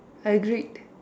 I agreed